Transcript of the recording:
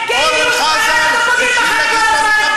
אורן חזן התחיל להגיד לנו,